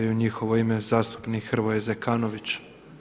I u njihovo ime zastupnik Hrvoje Zekanović.